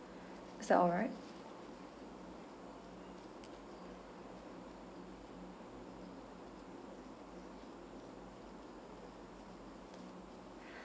is that alright